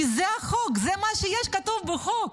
כי זה החוק, זה מה שכתוב בחוק.